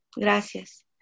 Gracias